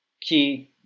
Key